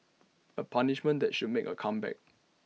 A punishment that should make A comeback